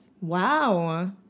Wow